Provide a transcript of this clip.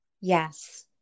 Yes